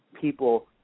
people